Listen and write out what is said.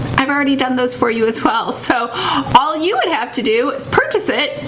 i've already done those for you as well. so all you would have to do is purchase it,